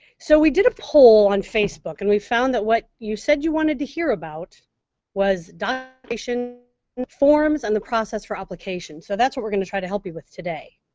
so we did a poll on facebook, and we found that what you said that you wanted to hear about was documentation, forms and the process for application. so that's what we're gonna try to help you with today.